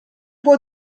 può